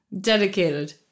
dedicated